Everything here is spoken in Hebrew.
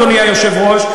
אדוני היושב-ראש,